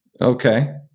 Okay